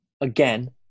Again